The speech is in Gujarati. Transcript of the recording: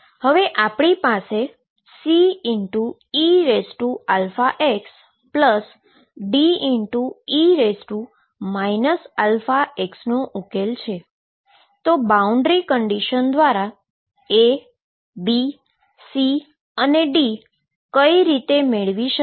હવે આપણી પાસે CeαxD e αx નો ઉકેલ છે તો બાઉન્ડ્રી કન્ડીશન દ્વારા A B C અને D કઈ રીતે મેળવી શકાય